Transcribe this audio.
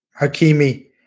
Hakimi